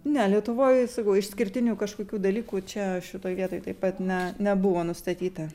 ne lietuvoj sakau išskirtinių kažkokių dalykų čia šitoj vietoj taip pat ne nebuvo nustatyta